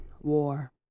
War